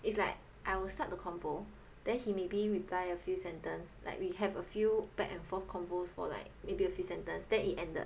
it's like I will start the convo then he maybe reply a few sentence like we have a few back and forth convos for like maybe a few sentence then it ended